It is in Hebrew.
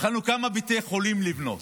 כמה בתי חולים יכולנו לבנות,